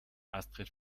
astrid